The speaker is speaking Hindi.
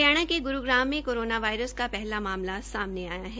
हरियाणा के ग्रूग्राम में कोरोना वायरस का पहला मामला सामने आया है